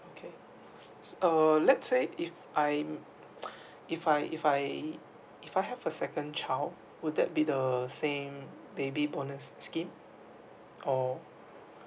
okay uh let's say if I if I if I if I have a second child would that be the same baby bonus scheme or